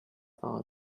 are